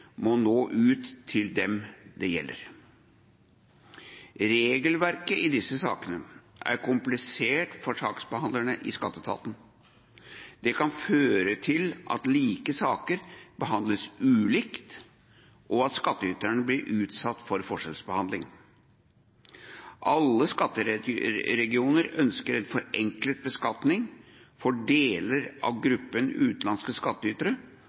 må nå ut til dem det gjelder. Regelverket i disse sakene er komplisert for saksbehandlerne i skatteetaten. Det kan føre til at like saker behandles ulikt, og at skattyteren blir utsatt for forskjellsbehandling. Alle skatteregionene ønsker en forenklet beskatning for deler av gruppen av utenlandske